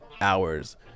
hours